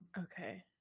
Okay